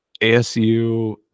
ASU